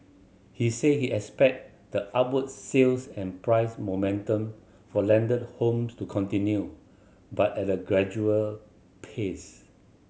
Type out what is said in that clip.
he said he expect the upward sales and price momentum for landed home to continue but at a gradual pace